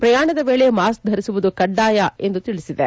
ಪ್ರಯಾಣದ ವೇಳೆ ಮಾಸ್ಕ ಧರಿಸುವುದು ಕಡ್ಡಾಯ ಎಂದು ತಿಳಿಸಿದೆ